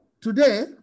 today